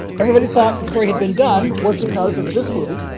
everybody thought the story had been done was because of this movie,